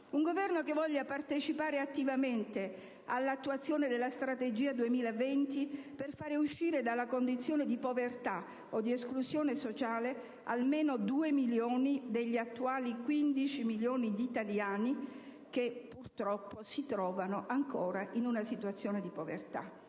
Un Governo che voglia partecipare attivamente all'attuazione della strategia 2020 per far uscire dalla condizione di povertà o di esclusione sociale almeno 2 milioni degli attuali 15 milioni di italiani che purtroppo si trovano ancora in una situazione di povertà.